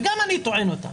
וגם אני טוען אותה,